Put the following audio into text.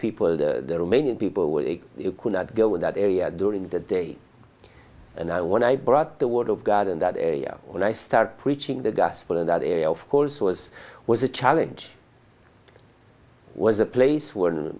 people there are many people where they could not go in that area during the day and i when i brought the word of god in that area when i started preaching the gospel in that area of course was was a challenge was a place where